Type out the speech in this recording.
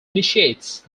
initiates